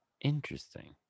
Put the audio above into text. interesting